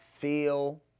feel